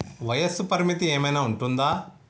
వయస్సు పరిమితి ఏమైనా ఉంటుందా?